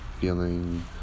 feeling